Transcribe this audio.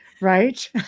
right